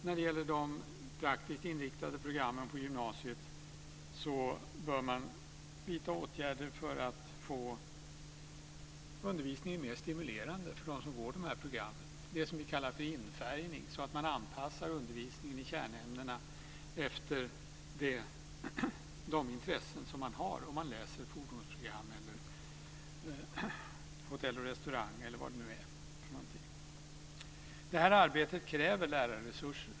När det gäller de praktiskt inriktade programmen på gymnasiet bör man vidta åtgärder för att få undervisningen mer stimulerande för dem som går de här programmen, det som vi kallar för infärgning, så att man anpassar undervisningen i kärnämnena efter de intressen som man har om man läser fordonsprogrammet, hotell och restaurang eller vad det nu är för någonting. Det här arbetet kräver lärarresurser.